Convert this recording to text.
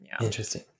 Interesting